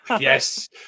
Yes